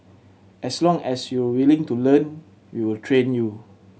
as long as you're willing to learn we will train you